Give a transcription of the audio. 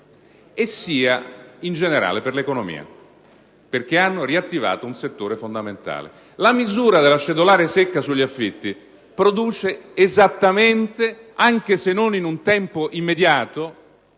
- sia in generale per l'economia, perché hanno riattivato un settore fondamentale. La misura della cedolare secca sugli affitti produce esattamente, anche se non in un tempo immediato,